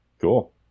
Cool